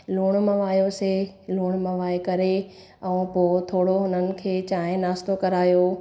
लूणु मवायोसीं लूणु मवाए करे ऐं पोइ थोरो हुननि खे चांहि नास्तो करायो